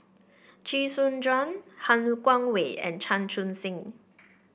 Chee Soon Juan Han Guangwei and Chan Chun Sing